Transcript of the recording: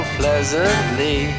pleasantly